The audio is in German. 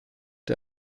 dir